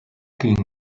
king